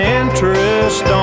interest